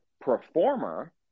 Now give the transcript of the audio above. performer